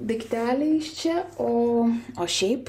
daikteliai iš čia o o šiaip